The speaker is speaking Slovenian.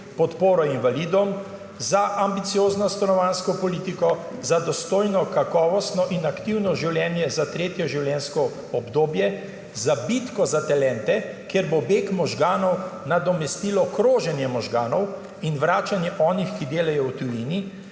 podporo invalidom, za ambiciozno stanovanjsko politiko, za dostojno, kakovostno in aktivno življenje za tretje življenjsko obdobje, za bitko za talente, kjer bo beg možganov nadomestilo kroženje možganov in vračanje onih, ki delajo v tujini,